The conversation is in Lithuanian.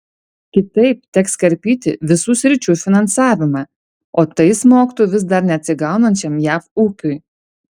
kitaip teks karpyti visų sričių finansavimą o tai smogtų vis dar neatsigaunančiam jav ūkiui